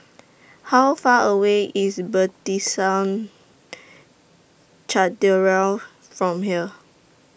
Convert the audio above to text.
How Far away IS Cathedral from here